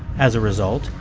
as a result,